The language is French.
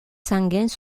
sanguins